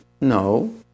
No